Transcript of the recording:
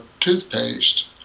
toothpaste